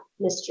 Mr